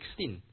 16